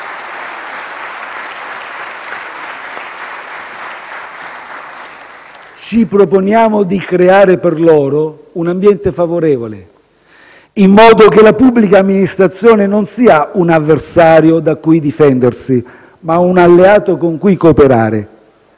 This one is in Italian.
Ci proponiamo di creare per loro un ambiente favorevole, in modo che la pubblica amministrazione non sia un avversario da cui difendersi, ma un alleato con cui cooperare.